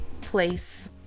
place